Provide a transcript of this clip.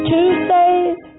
Tuesdays